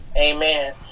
amen